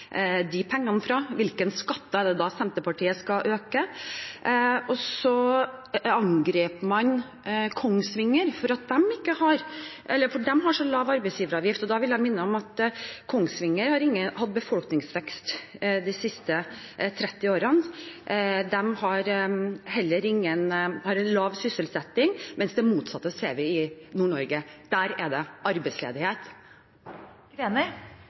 de pengene fra. Hvilken skatt er det da Senterpartiet skal øke? Og så angriper man Kongsvinger, for de har så lav arbeidsgiveravgift. Da vil jeg minne om at Kongsvinger har ikke hatt befolkningsvekst de siste 30 årene og har en lav sysselsetting, mens det motsatte ser vi i Nord-Norge. Der er det arbeidsledighet.